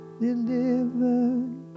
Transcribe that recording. delivered